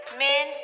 men